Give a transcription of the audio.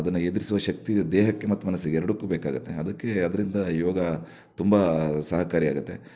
ಅದನ್ನು ಎದುರಿಸುವ ಶಕ್ತಿ ದೇಹಕ್ಕೆ ಮತ್ತು ಮನಸ್ಸಿಗೆ ಎರಡಕ್ಕೂ ಬೇಕಾಗುತ್ತೆ ಅದಕ್ಕೇ ಆದ್ರಿಂದ ಯೋಗ ತುಂಬ ಸಹಕಾರಿಯಾಗುತ್ತೆ